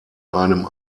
einem